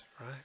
right